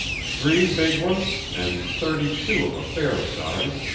three big ones, and thirty-two of a fair size,